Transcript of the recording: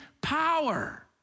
power